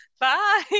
bye